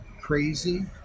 crazy